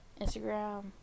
Instagram